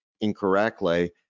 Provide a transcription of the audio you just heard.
incorrectly